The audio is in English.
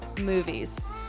movies